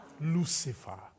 Lucifer